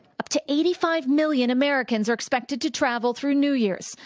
up to eighty five million americans are expected to travel through new year's,